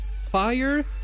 fire